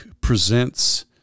presents